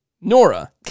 Nora